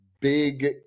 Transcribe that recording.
Big